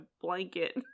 blanket